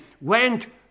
went